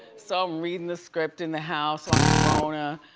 so i'm readin' the script in the house on corona,